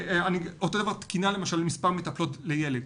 אותו דבר לגבי תקינה של מספר מטפלות לילד.